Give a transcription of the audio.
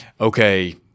okay